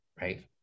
Right